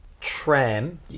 Tram